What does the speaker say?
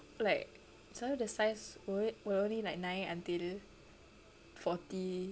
like selalu the size will will only like naik until forty